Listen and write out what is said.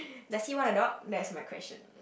does he want a dog that's my question